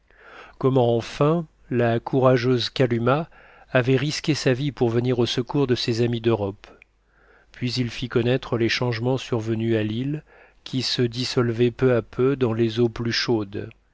comment enfin la courageuse kalumah avait risqué sa vie pour venir au secours de ses amis d'europe puis il fit connaître les changements survenus à l'île qui se dissolvait peu à peu dans les eaux plus chaudes